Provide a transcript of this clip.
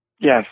Yes